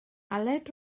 aled